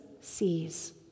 sees